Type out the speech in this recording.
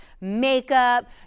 makeup